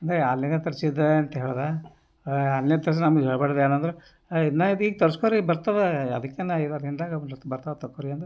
ಅದೇ ಆನ್ಲೈನ್ನಲ್ಲಿ ತರ್ಸಿದ್ದ ಅಂಥೇಳಿದ ಹೇ ಆನ್ಲೈನ್ನಲ್ಲಿ ತರ್ಸಿದ್ದ ನಮ್ಗೆ ಹೇಳ್ಬಾರದ ಏನಂದ್ರೆ ಹೇ ನಾ ಹೇಳಿದೆ ಈಗ ತರ್ಸ್ಕೋ ರೀ ಬರ್ತದ ಅದಕ್ಕೇನ ಐದಾರು ದಿನ್ದಾಗ ಬರ್ತದ ತಗೋರಿ ಅಂದೆ